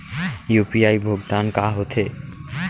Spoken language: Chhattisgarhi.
यू.पी.आई भुगतान का होथे?